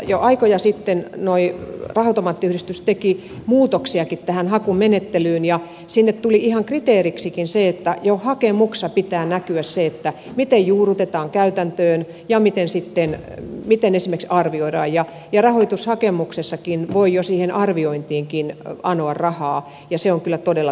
jo aikoja sitten raha automaattiyhdistys teki muutoksiakin tähän hakumenettelyyn ja sinne tuli ihan kriteeriksikin se että jo hakemuksessa pitää näkyä se miten juurrutetaan käytäntöön ja miten sitten esimerkiksi arvioidaan ja rahoitushakemuksessakin voi jo siihen arviointiinkin anoa rahaa ja se on kyllä todella tärkeää